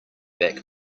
back